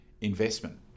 investment